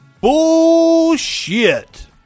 Bullshit